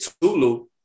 Tulu